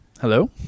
Hello